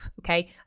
okay